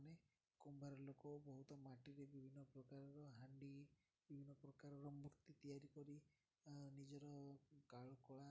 ମାନେ କୁମ୍ଭାର ଲୋକ ବହୁତ ମାଟିରେ ବିଭିନ୍ନ ପ୍ରକାରର ହାଣ୍ଡି ବିଭିନ୍ନ ପ୍ରକାରର ମୂର୍ତ୍ତି ତିଆରି କରି ନିଜର କାଳ କଳା